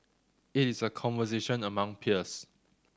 it is a conversation among peers